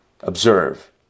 observe